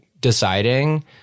deciding